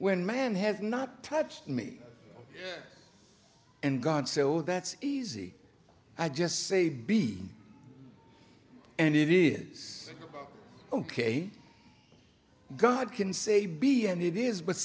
when man has not touched me and god so that's easy i just say b and it is ok god can say be and it is but